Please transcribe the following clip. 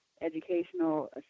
educational